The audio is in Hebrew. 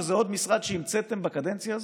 שזה עוד משרד שהמצאתם בקדנציה הזאת?